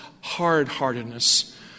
hard-heartedness